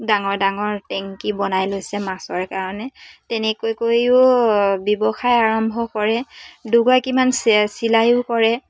ডাঙৰ ডাঙৰ টেংকি বনাই লৈছে মাছৰ কাৰণে তেনেকুৱাকৈও ব্যৱসায় আৰম্ভ কৰে দুগৰাকীমান চিলাইও কৰে